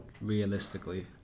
Realistically